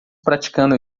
praticando